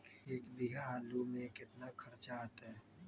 एक बीघा आलू में केतना खर्चा अतै?